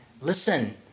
listen